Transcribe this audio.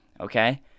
okay